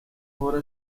uhora